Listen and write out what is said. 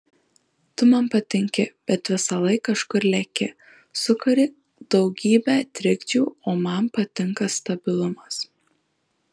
tu man patinki bet visąlaik kažkur leki sukuri daugybę trikdžių o man patinka stabilumas